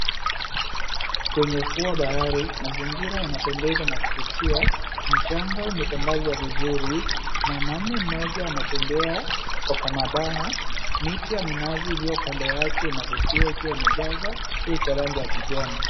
Kwenye ufuo wa bahari mazingira yanapendeza na kuvutia. Mchanga umetandazwa vizuri. Mwanamume mmoja anatembea kwa madaha, miti ya minazi iliyo kando yake inavutia ikiwa imejaza, pia iko rangi ya kijani.